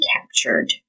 captured